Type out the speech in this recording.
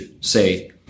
say